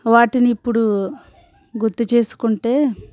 వాటిని ఇప్పుడు గుర్తుచేసుకుంటే